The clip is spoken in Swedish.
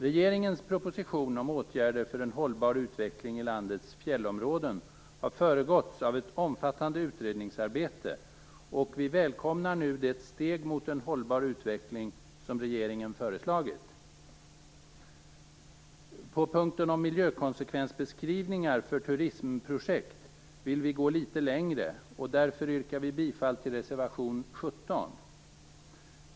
Regeringens proposition om åtgärder för en hållbar utveckling i landets fjällområden har föregåtts av ett omfattande utredningsarbete och vi välkomnar nu det steg mot en hållbar utveckling som regeringen föreslagit. På punkten om miljökonsekvensbeskrivningar för turismprojekt vill vi gå litet längre, och därför yrkar vi bifall till reservation 17.